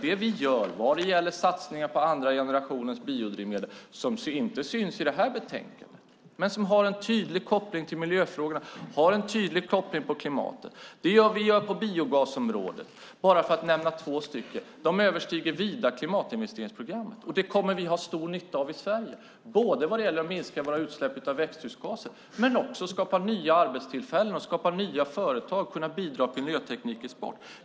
Det vi gör vad det gäller satsningar på andra generationens biodrivmedel syns inte i det här betänkandet men har en tydlig koppling till miljöfrågorna, till klimatet. Det handlar också om biogasområdet. Det är två områden där satsningarna vida överstiger klimatinvesteringsprogrammet. Det kommer vi att ha stor nytta av i Sverige, när det gäller att minska våra utsläpp av växthusgaser men också för att skapa nya arbetstillfällen, nya företag och kunna bidra till miljöteknikexport.